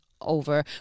over